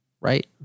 right